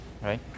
right